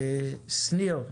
שניר,